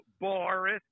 Boris